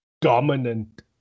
dominant